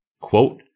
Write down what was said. Quote